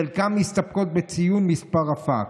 חלקן מסתפקות בציון מספר הפקס.